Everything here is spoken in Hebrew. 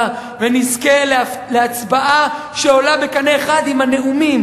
ונזכה להצבעה שעולה בקנה אחד עם הנאומים